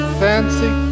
fancy